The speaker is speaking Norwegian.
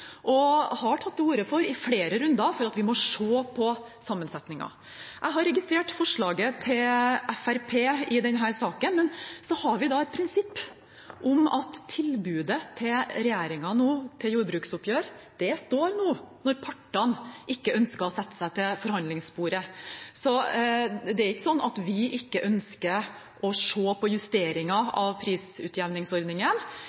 og har tatt til orde for i flere runder at vi må se på sammensetningen. Jeg har registrert forslaget til Fremskrittspartiet i denne saken. Men så har vi da et prinsipp om at tilbudet til regjeringen til jordbruksoppgjør står når partene ikke ønsker å sette seg til forhandlingsbordet. Det er ikke sånn at vi ikke ønsker å se på justeringer